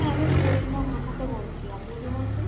হ্যাঁ আমি প্রতিমা মাহাতো বলছি আপনি কে বলছেন